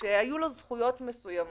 שהיו לו זכויות מסוימות,